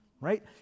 Right